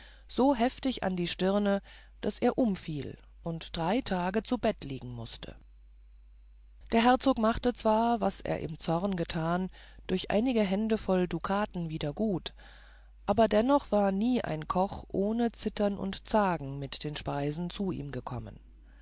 so heftig an die stirne daß er umfiel und drei tage zu bette liegen mußte der herzog machte zwar was er im zorn getan durch einige hände voll dukaten wieder gut aber dennoch war nie ein koch ohne zittern und zagen mit den speisen zu ihm gekommen